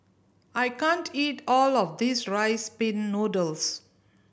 I can't eat all of this Rice Pin Noodles